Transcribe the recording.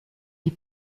die